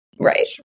Right